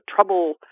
trouble